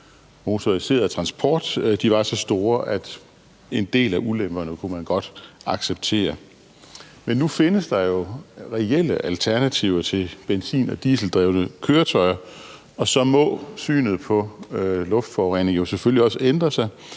motoriseret transport var så store, at man godt kunne acceptere en del af ulemperne. Men nu findes der jo reelle alternativer til benzin- og dieseldrevne køretøjer, og så må synet på luftforurening selvfølgelig også ændre sig.